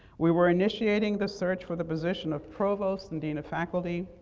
we were initiating the search for the position of provost and dean of faculty.